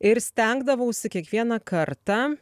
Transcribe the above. ir stengdavausi kiekvieną kartą